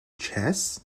chess